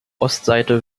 ostseite